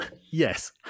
Yes